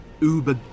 uber